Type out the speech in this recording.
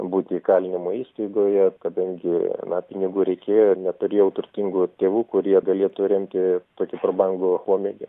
būti įkalinimo įstaigoje kadangi na pinigų reikėjo ir neturėjau turtingų tėvų kurie galėtų remti tokį prabangų pomėgį